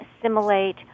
assimilate